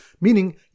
meaning